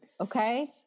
okay